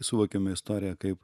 suvokiame istoriją kaip